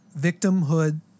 victimhood